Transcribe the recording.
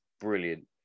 brilliant